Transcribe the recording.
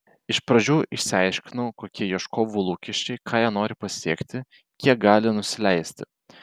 iš pradžių išsiaiškinau kokie ieškovų lūkesčiai ką jie nori pasiekti kiek gali nusileisti